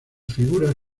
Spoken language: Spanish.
figuras